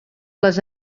les